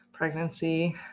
Pregnancy